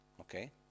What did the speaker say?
okay